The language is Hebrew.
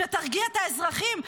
שתרגיע את האזרחים,